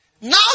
Now